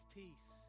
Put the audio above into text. peace